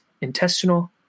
intestinal